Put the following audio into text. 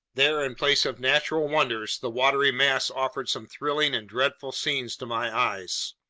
there, in place of natural wonders, the watery mass offered some thrilling and dreadful scenes to my eyes.